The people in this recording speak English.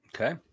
okay